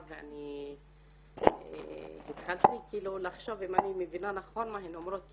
ואני התחלתי לחשוב אם אני מבינה נכון מה הן אומרות,